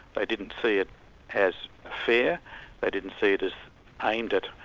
they didn't see it as fair they didn't see it as aimed at